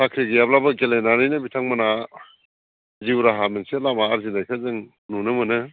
साख्रि गैयाब्लाबो गेलेनानैनो बिथांमोनहा जिउ राहा मोनसे लामा आरजिनायखौ जों नुनो मोनो